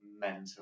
mental